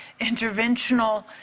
interventional